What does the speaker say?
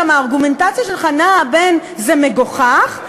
גם הארגומנטציה שלך נעה בין "זה מגוחך",